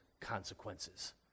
consequences